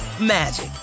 magic